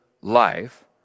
life